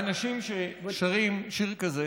אנשים ששרים שיר כזה